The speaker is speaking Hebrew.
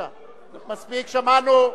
מספיק, שמענו.